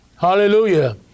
Hallelujah